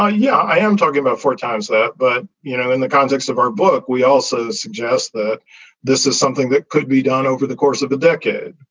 yeah, i am talking about four times that. but, you know, in the context of our book, we also suggest that this is something that could be done over the course of the decade,